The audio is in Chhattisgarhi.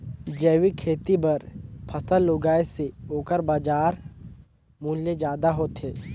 जैविक खेती बर फसल उगाए से ओकर बाजार मूल्य ज्यादा होथे